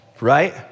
Right